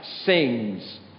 sings